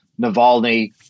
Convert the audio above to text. Navalny